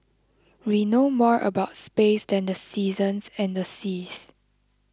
we know more about space than the seasons and the seas